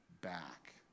back